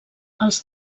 els